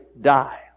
die